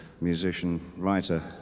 musician-writer